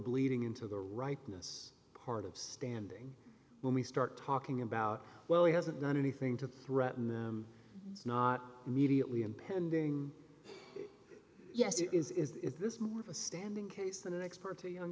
bleeding into the rightness part of standing when we start talking about well he hasn't done anything to threaten them it's not immediately impending yes it is is this more of a standing case than an expert to you